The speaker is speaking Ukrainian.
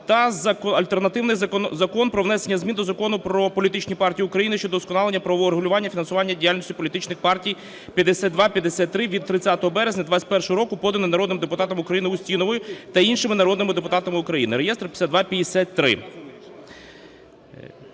та альтернативний Закон про внесення змін до Закону "Про політичні партії в Україні" щодо удосконалення правового регулювання фінансування діяльності політичних партій (5253) (від 30 березня 2021 року) (поданий народним депутатом України Устіновою та іншими народними депутатами України) (реєстр 5253).